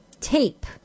tape